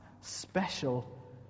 special